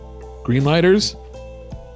Greenlighters